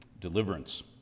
deliverance